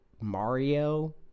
Mario